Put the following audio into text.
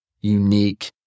unique